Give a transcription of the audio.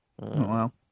wow